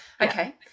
Okay